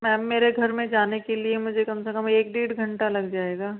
ma'am मेरे घर में जाने के लिए मुझे कम से कम एक डेढ़ घंटा लग जाएगा